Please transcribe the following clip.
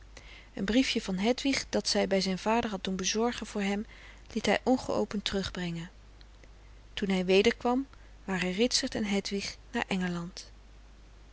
een briefje van hedwig dat zij bij zijn vader had doen bezorgen voor hem liet hij ongeopend terugbrengen toen hij weder kwam waren ritsert en hedwig naar